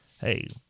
hey